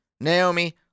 Naomi